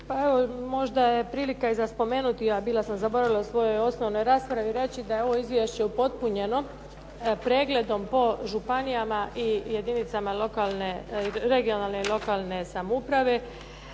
(HDZ)** Možda je prilika i za spomenuti a bila sam zaboravila u svojoj osnovnoj raspravi reći da je ovo izvješće upotpunjeno pregledom po županijama i jedinicama regionalne i lokalne samouprave